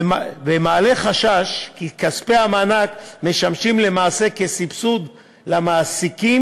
ומעלה חשש כי כספי המענק משמשים למעשה כסבסוד למעסיקים,